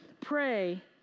pray